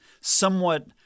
somewhat